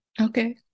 Okay